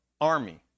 army